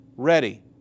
ready